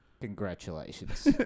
Congratulations